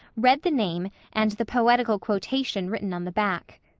read the name and the poetical quotation written on the back.